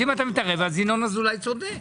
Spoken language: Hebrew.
אם אתה מתערב, ינון אזולאי צודק.